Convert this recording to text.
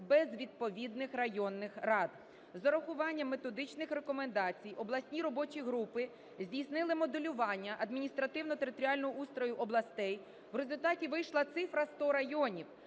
без відповідних районних рад. З урахуванням методичних рекомендацій обласні робочі групи здійснили моделювання адміністративно-територіального устрою областей, в результаті вийшла цифра сто районів.